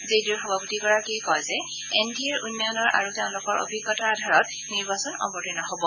J D ইউৰ সভাপতিগৰাকীয়ে কয় যে এন ডি এ উন্নয়নৰ আৰু তেওঁলোকৰ অভিজ্ঞতাৰ আধাৰত নিৰ্বাচনত অৱতীৰ্ণ হব